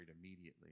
immediately